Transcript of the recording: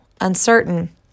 uncertain